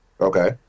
Okay